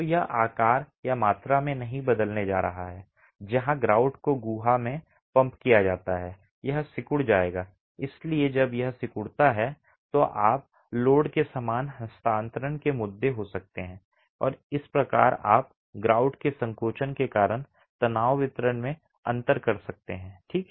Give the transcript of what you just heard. तो यह आकार या मात्रा में नहीं बदलने जा रहा है जहां ग्राउट को गुहा में पंप किया जाता है यह सिकुड़ जाएगा इसलिए जब यह सिकुड़ता है तो आप लोड के समान हस्तांतरण के मुद्दे हो सकते हैं और इस प्रकार आप ग्राउट के संकोचन के कारण तनाव वितरण में अंतर कर सकते हैं ठीक है